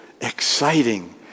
exciting